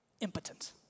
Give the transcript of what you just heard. impotent